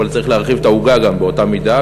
אבל צריך גם להרחיב את העוגה באותה מידה,